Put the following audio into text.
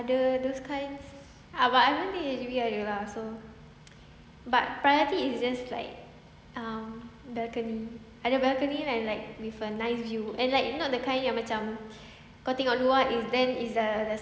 ada those kinds ah but I don't think H_D_B ada lah so but priority is just like um balcony ada balcony and like with a nice view and like not the kind yang macam kau tengok luar is then is the the